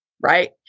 right